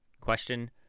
Question